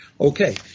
Okay